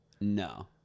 no